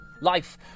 Life